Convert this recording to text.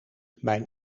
mijn